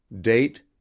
Date